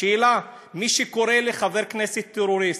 השאלה: מי שקורא לחבר כנסת טרוריסט,